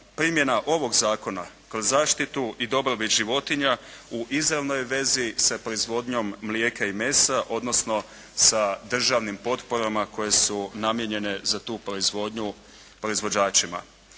primjena ovog zakona kroz zaštitu i dobrobit životinja u izravnoj je vezi sa proizvodnjom mlijeka i mesa, odnosno sa državnim potporama koje su namijenjene za tu proizvodnju proizvođačima